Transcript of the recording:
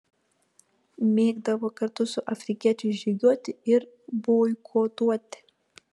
mėgdavo kartu su afrikiečiais žygiuoti ir boikotuoti